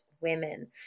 women